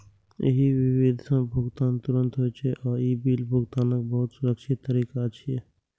एहि विधि सं भुगतान तुरंत होइ छै आ ई बिल भुगतानक बहुत सुरक्षित तरीका छियै